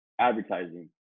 advertising